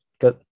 good